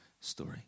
story